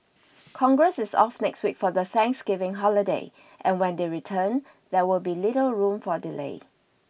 Congress is off next week for the Thanksgiving holiday and when they return there will be little room for delay